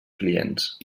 clients